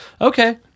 okay